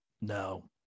No